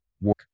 work